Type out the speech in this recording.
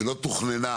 שלא תוכננה